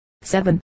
seven